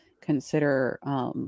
consider